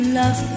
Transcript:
love